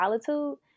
solitude